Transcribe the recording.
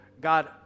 God